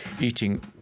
eating